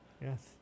Yes